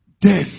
death